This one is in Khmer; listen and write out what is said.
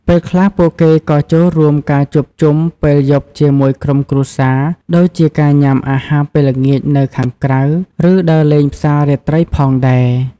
ពេលខ្លះ ពួកគេក៏ចូលរួមការជួបជុំពេលយប់ជាមួយក្រុមគ្រួសារដូចជាការញ៉ាំអាហារពេលល្ងាចនៅខាងក្រៅ ឬដើរលេងផ្សាររាត្រីផងដែរ។